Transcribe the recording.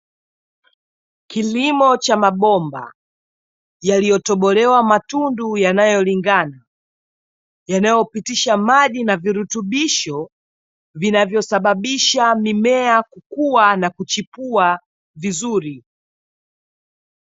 Kilimo cha mabomba yaliyotobolewa matundu yanayolingana, yanayopitisha maji na virutubisho vinavyosababisha mimea kukua na kuchipua vizuri.